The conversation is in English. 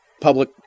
public